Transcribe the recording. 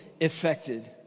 affected